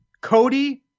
Cody